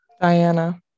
Diana